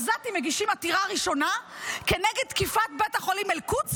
עזתים מגישים עתירה ראשונה כנגד תקיפת בית החולים אל-קודס,